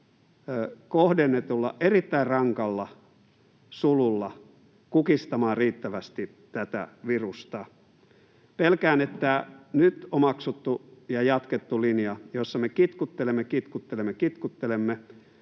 kohdennetulla, erittäin rankalla sululla kukistamaan riittävästi tätä virusta. Pelkään, että nyt omaksuttu ja jatkettu linja, jossa me kitkuttelemme, kitkuttelemme ja kitkuttelemme,